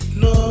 no